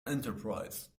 enterprise